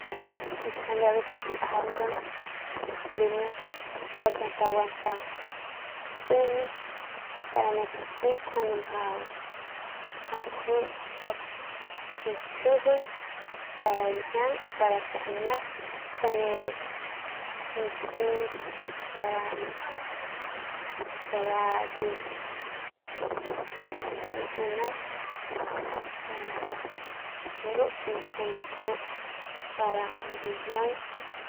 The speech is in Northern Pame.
Y njuande aveces biu lajaungan dimiut pik taguan katiñin para njuande nep nki njuande mjau kjui pik te chijiñ para njiaung y para xiaung nep njuande nky kara kara ki skane nep para de ru y nuande kjui para njiaung.